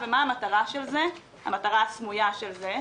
ומה המטרה הסמויה של זה?